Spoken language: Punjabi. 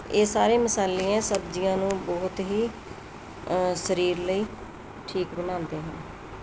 ਇਹ ਸਾਰੇ ਮਸਾਲੇ ਹੈ ਸਬਜ਼ੀਆਂ ਨੂੰ ਬਹੁਤ ਹੀ ਸਰੀਰ ਲਈ ਠੀਕ ਬਣਾਉਂਦੇ ਹਨ